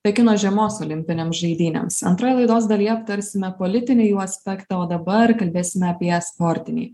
pekino žiemos olimpinėms žaidynėms antroje laidos dalyje aptarsime politinį jų aspektą o dabar kalbėsime apie sportinį